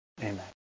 Amen